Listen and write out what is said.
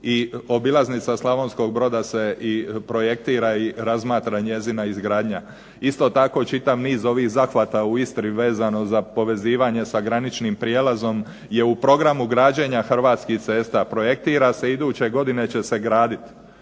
i obilaznica Slavonskog Broda se i projektira i razmatra njezina izgradnja. Isto tako čitav niz ovih zahvata u Istri vezano za povezivanje sa graničnim prijelazom je u programu građenja Hrvatskih cesta, projektira se iduće godine će se graditi.